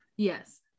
yes